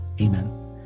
Amen